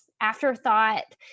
afterthought